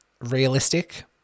realistic